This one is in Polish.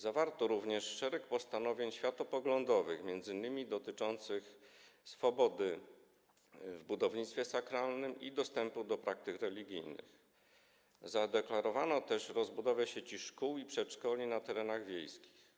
Zawarto również szereg postanowień światopoglądowych, m.in. dotyczących swobody w budownictwie sakralnym i dostępu do praktyk religijnych, zadeklarowano też rozbudowę sieci szkół i przedszkoli na terenach wiejskich.